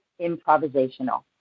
improvisational